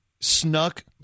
snuck